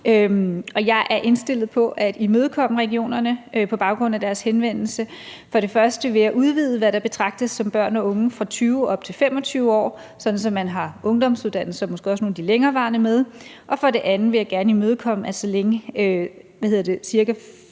Jeg er indstillet på at imødekomme regionerne på baggrund af deres henvendelse. For det første vil jeg udvide det, i forhold til hvad der betragtes som børn og unge – fra 20 år op til 25 år, sådan at man har ungdomsuddannelser og måske også nogle af de længerevarende uddannelser med – og for det andet vil jeg gerne imødekomme, at så længe ca. 40 pct.